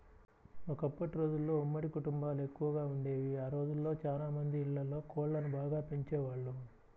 ఒకప్పటి రోజుల్లో ఉమ్మడి కుటుంబాలెక్కువగా వుండేవి, ఆ రోజుల్లో చానా మంది ఇళ్ళల్లో కోళ్ళను బాగా పెంచేవాళ్ళు